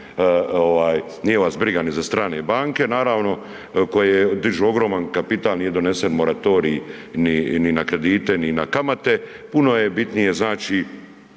nije vas briga ni za strane banke koje dižu ogroman kapital. Nije donesen moratorij ni na kredite, ni na kamate. Puno je bitnije znači